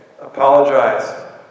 apologize